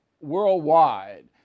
worldwide